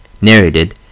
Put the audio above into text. narrated